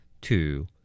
Two